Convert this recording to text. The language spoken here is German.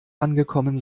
angekommen